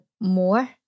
more